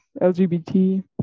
LGBT